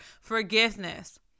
forgiveness